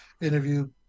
interview